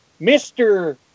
Mr